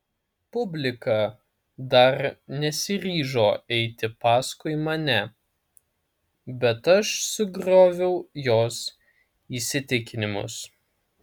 publika dar nesiryžo eiti paskui mane bet aš sugrioviau jos įsitikinimus